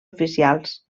oficials